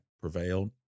prevailed